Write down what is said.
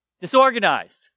Disorganized